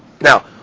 Now